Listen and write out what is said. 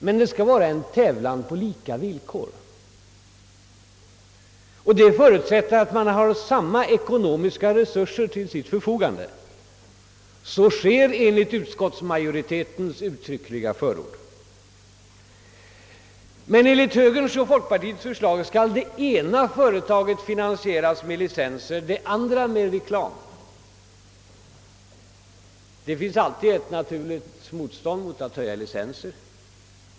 Men det skall vara en tävlan på lika villkor. Det förutsätter att man har samma ekonomiska resurser till sitt förfogande. Så sker enligt utskottsmajoritetens uttryckliga förord. Men enligt högerns och folkpartiets förslag skall det ena företaget finansieras med licenser, det andra med reklam. Det finns alltid ett naturligt motstånd mot att höja licenser.